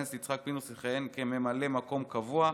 וחבר הכנסת יצחק פינדרוס יכהן כממלא מקום קבוע.